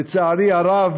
לצערי הרב,